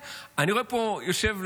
יושב,